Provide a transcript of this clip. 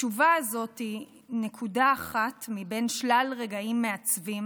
התשובה הזאת היא נקודה אחת מבין שלל רגעים מעצבים